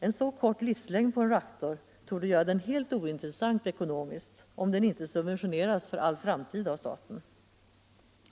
En så kort livslängd på en reaktor torde göra den helt ointressant ekonomiskt, om den inte för all framtid subventioneras av staten.